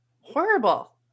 horrible